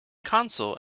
consul